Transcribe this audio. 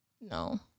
No